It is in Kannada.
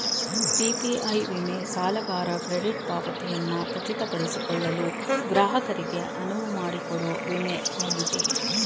ಪಿ.ಪಿ.ಐ ವಿಮೆ ಸಾಲಗಾರ ಕ್ರೆಡಿಟ್ ಪಾವತಿಯನ್ನ ಖಚಿತಪಡಿಸಿಕೊಳ್ಳಲು ಗ್ರಾಹಕರಿಗೆ ಅನುವುಮಾಡಿಕೊಡೊ ವಿಮೆ ಆಗಿದೆ